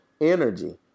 energy